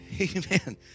amen